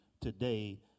today